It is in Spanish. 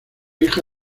hija